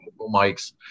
mics